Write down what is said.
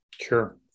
Sure